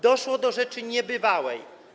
Doszło do rzeczy niebywałej.